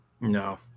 No